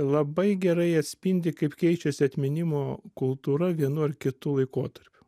labai gerai atspindi kaip keičiasi atminimo kultūra vienu ar kitu laikotarpiu